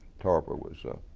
tarver was,